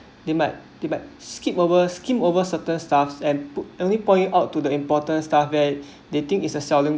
they might they might skip over skim over certain stuffs at any point out to the important stuff that they think is selling